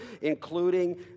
including